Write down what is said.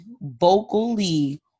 vocally